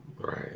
Right